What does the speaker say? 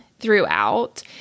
throughout